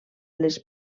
les